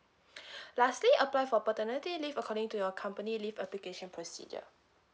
lastly apply for paternity leave according to your company leave application procedure